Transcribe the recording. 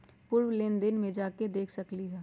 पूर्व लेन देन में जाके देखसकली ह?